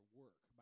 work